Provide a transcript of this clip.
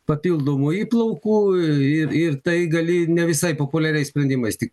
papildomų įplaukų ir ir tai gali ne visai populiariais sprendimais tik